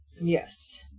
Yes